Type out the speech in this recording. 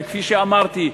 וכפי שאמרתי,